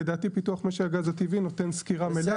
לדעתי פיתוח משק הגז הטבעי נותן סקירה מלאה.